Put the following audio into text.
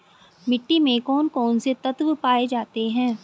मिट्टी में कौन कौन से तत्व पाए जाते हैं?